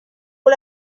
con